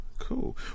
Cool